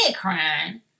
crying